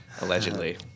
Allegedly